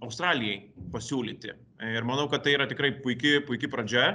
australijai pasiūlyti ir manau kad tai yra tikrai puiki puiki pradžia